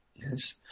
Yes